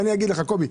קובי,